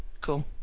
Cool